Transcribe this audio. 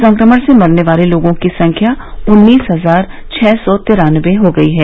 संक्रमण से मरने वाले लोगों की संख्या उन्नीस हजार छह सौ तिरानबे हो गई है